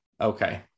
Okay